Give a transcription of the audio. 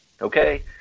okay